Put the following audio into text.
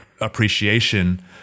appreciation